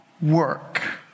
work